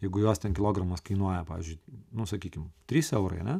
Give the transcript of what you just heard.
jeigu jos ten kilogramas kainuoja pavyzdžiui nu sakykim trys eurai